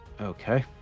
Okay